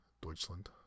Deutschland